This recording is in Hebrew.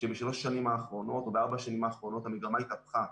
שבשלוש השנים האחרונות או בארבע השנים האחרונות המגמה התהפכה.